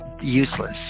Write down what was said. useless